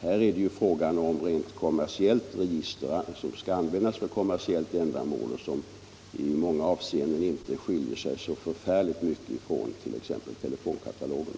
Här är det fråga om ett rent kommersiellt register, som skall användas för kommersiellt ändamål och som i många avseenden inte skiljer sig särskilt mycket från t.ex. telefonkatalogen.